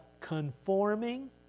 conforming